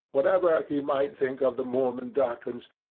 whatever he might think of the mormon doctrines,